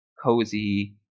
cozy